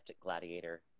gladiator